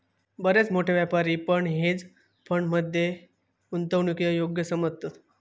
बरेच मोठे व्यापारी पण हेज फंड मध्ये गुंतवणूकीक योग्य समजतत